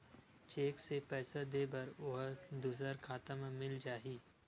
Cheque से पईसा दे बर ओहा दुसर खाता म मिल जाही?